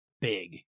big